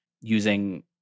using